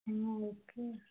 okay